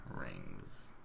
rings